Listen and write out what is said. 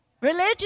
Religion